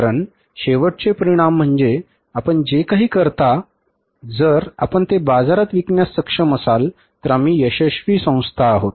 कारण शेवटचे परिणाम म्हणजे आपण जे काही तयार करता जर आपण ते बाजारात विकण्यास सक्षम असाल तर आम्ही यशस्वी संस्था आहोत